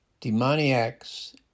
demoniacs